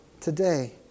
today